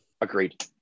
Agreed